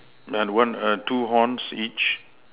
Nun one err two horns each